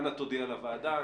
אנא תודיע לוועדה,